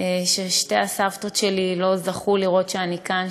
ששתי הסבתות שלי לא זכו לראות שאני כאן,